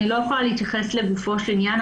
אני לא יכולה להתייחס לגופו של העניין.